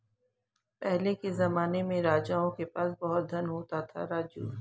पहले के जमाने में राजाओं के पास बहुत धन होता था, राजू